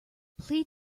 plead